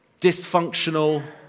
dysfunctional